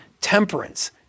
temperance